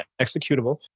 executable